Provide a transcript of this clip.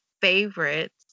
favorites